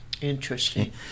Interesting